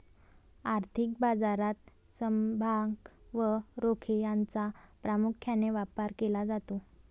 आर्थिक बाजारात समभाग व रोखे यांचा प्रामुख्याने व्यापार केला जातो